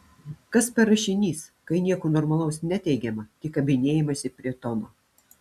kas per rašinys kai nieko normalaus neteigiama tik kabinėjamasi prie tono